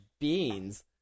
beans